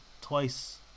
twice